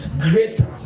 Greater